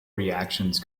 reactions